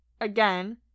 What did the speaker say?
Again